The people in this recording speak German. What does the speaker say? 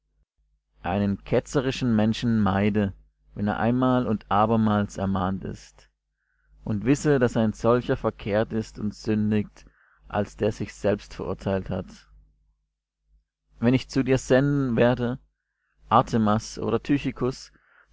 einen ketzerischen menschen meide wenn er einmal und abermals ermahnt ist und wisse daß ein solcher verkehrt ist und sündigt als der sich selbst verurteilt hat wenn ich zu dir senden werde artemas oder